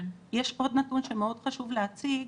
יש עוד נתון שמאוד חשוב להציג.